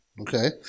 Okay